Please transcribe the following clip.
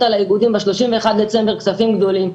על האיגודים בשלושים ואחד בדצמבר כספים גדולים.